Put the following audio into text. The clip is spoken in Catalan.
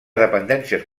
dependències